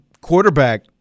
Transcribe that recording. quarterback